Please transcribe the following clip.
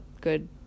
good